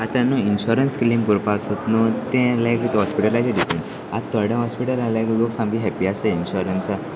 आतां नू insurance claim करपासो नू ते लायक हॉस्पिटलाचे डिपेंड आतां थोडे हॉस्पिटला लायक लोक सामकी हपी आसता इन्शरंसा